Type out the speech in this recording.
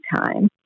time